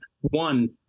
one